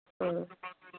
ओ